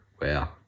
wow